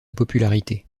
popularité